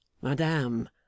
Madame